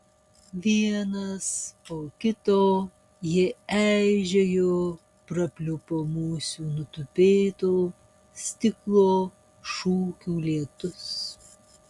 vienas po kito jie eižėjo prapliupo musių nutupėto stiklo šukių lietus